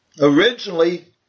Originally